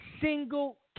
Single